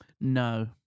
No